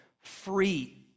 free